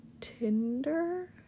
Tinder